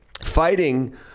fighting